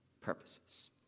purposes